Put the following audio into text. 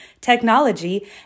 technology